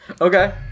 Okay